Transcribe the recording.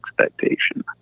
expectation